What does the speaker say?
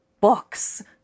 books